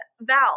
Val